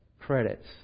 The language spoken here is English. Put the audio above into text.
credits